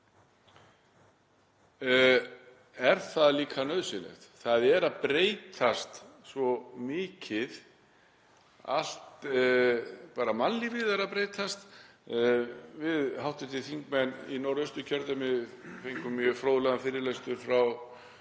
er það líka nauðsynlegt. Það er að breytast svo mikið, allt mannlífið er að breytast. Við hv. þingmenn í Norðausturkjördæmi fengum mjög fróðlegan fyrirlestur frá